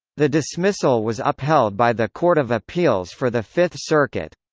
the dismissal was upheld by the court of appeals for the fifth circuit